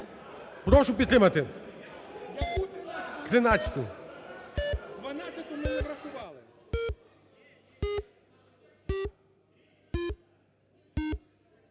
прошу підтримати.